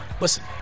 Listen